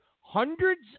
hundreds